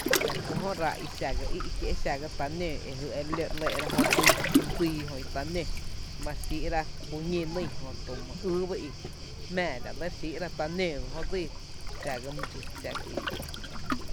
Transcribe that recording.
La kú jö ráá’ i xa gá íí’ kie’ ta nǿǿ jy e re ló re ‘lɇɇ’ra jö dsii, dsii jö i ta nöö, mare xíí’ra ku ñi nyy jötu my ýý ba i jmⱥⱥ la re lé re xíí’ra ta nǿǿ ba jö dsíí xa ga my dxí, xa ga í’ kié’.